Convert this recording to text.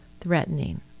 threatening